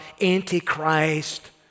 anti-Christ